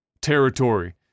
territory